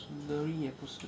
也不是